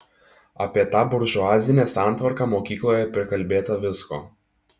apie tą buržuazinę santvarką mokykloje prikalbėta visko